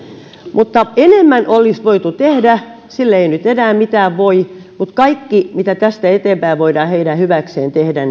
enemmän olisi voitu tehdä ja sille ei nyt enää mitään voi mutta perussuomalaiset ovat ehdottomasti kaiken sen takana mitä tästä eteenpäin voidaan heidän hyväkseen tehdä